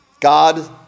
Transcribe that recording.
God